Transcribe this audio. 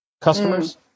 customers